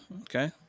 Okay